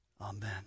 amen